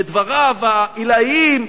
את דבריו העילאיים.